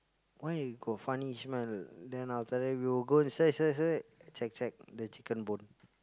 why got funny smell then after that we will go search search search check check the chicken bone